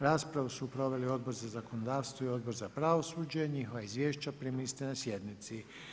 Raspravu su proveli Odbor za zakonodavstvo i Odbor za pravosuđe, njihova izvješća primili ste na sjednici.